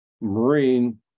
marine